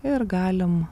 ir galim